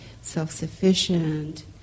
self-sufficient